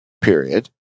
period